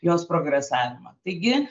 jos progresavimą taigi